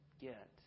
get